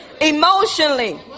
emotionally